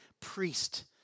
priest